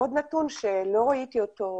עוד נתון שלא ראיתי אותו,